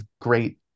great